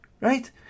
right